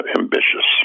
ambitious